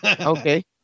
Okay